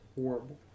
horrible